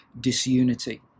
disunity